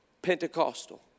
Pentecostal